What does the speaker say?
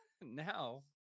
now